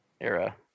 era